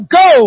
go